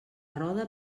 roda